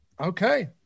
Okay